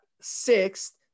sixth